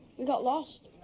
we got lost.